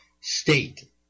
state